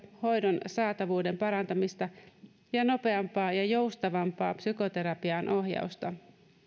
hoidon saatavuuden parantamista ja nopeampaa ja joustavampaa psykoterapiaan ohjausta